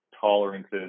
tolerances